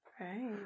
Right